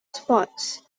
sports